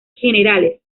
generales